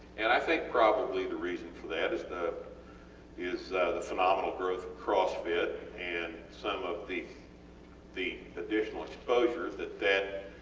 and i think probably the reason for that is the is the phenomenal growth of cross-fit and some of the the additional exposures that that